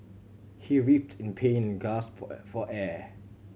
he writhed in pain and gasped for air